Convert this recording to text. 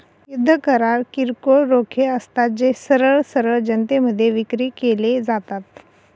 युद्ध करार किरकोळ रोखे असतात, जे सरळ सरळ जनतेमध्ये विक्री केले जातात